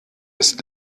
ist